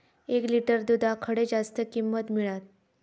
एक लिटर दूधाक खडे जास्त किंमत मिळात?